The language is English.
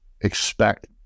expect